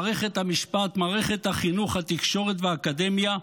מערכת המשפט, מערכת החינוך, התקשורת והאקדמיה,